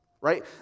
right